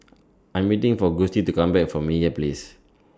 I'm waiting For Gustie to Come Back from Meyer Place